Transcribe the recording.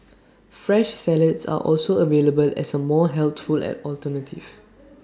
fresh salads are also available as A more healthful alternative